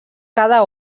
cada